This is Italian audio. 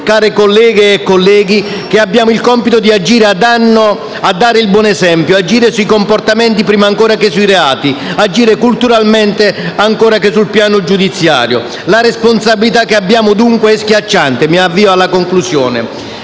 care colleghe e cari colleghi, che abbiamo il compito di agire per dare il buon esempio, di agire sui comportamenti prima ancora che sui reati, di agire culturalmente ancora prima che sul piano giudiziario. La responsabilità che abbiamo, dunque, è schiacciante e, se non poniamo